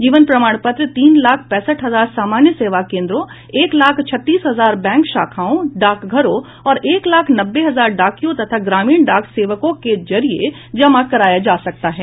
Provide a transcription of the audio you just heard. जीवन प्रमाण पत्र तीन लाख पैंसठ हजार सामान्य सेवा केंद्रों एक लाख छत्तीस हजार बैंक शाखाओं डाकघरों और एक लाख नब्बे हजार डाकियों तथा ग्रामीण डाक सेवकों के जरिए जमा कराया जा सकता है